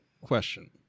question